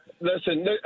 Listen